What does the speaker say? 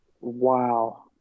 Wow